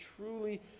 truly